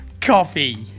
coffee